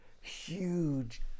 huge